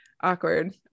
awkward